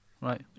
Right